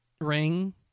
ring